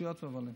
שטויות והבלים.